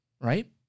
Right